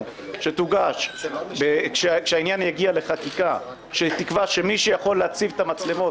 שתוגש כשהעניין יגיע לחקיקה ותקבע שמי שיכול להציב את המצלמות